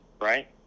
right